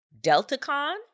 Deltacon